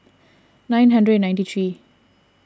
nine hundred ninety three